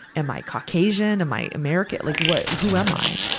am i caucasian? am i america, like what, who am i?